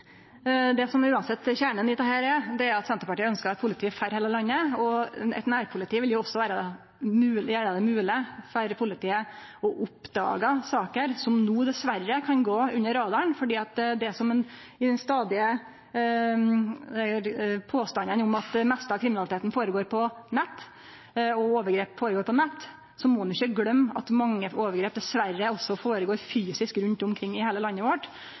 Det som uansett er kjernen i dette, er at Senterpartiet ønskjer eit politi for heile landet. Eit nærpoliti vil også gjere det mogleg for politiet å oppdage saker som dessverre no kan gå under radaren. Med dei stadige påstandane om at det meste av kriminaliteten går føre seg på nett, og at overgrep går føre seg på nett, må ein ikkje gløyme at mange overgrep dessverre også går føre seg fysisk rundt omkring i heile landet vårt.